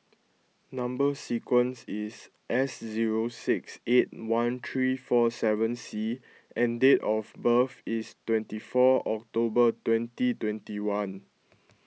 Number Sequence is S zero six eight one three four seven C and date of birth is twenty four October twenty twenty one